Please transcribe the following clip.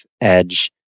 edge